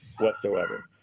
whatsoever